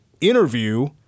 interview